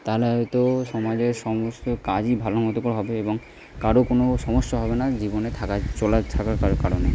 তাহলে হয়তো সমাজের সমস্ত কাজই ভালো মতো করে হবে এবং কারো কোনো সমস্যা হবে না জীবনে থাকার চলার থাকার কারণে